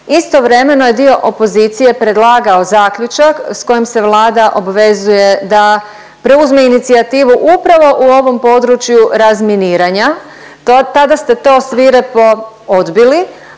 istovremeno je dio opozicije predlagao zaključak s kojim se Vlada obvezuje da preuzme inicijativu upravo u ovom području razminiranja. Tada ste to svirepo odbili,